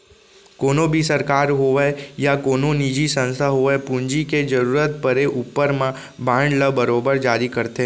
कोनों भी सरकार होवय या कोनो निजी संस्था होवय पूंजी के जरूरत परे ऊपर म बांड ल बरोबर जारी करथे